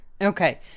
Okay